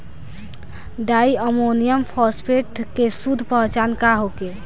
Di ammonium phosphate के शुद्ध पहचान का होखे?